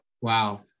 wow